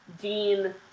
Dean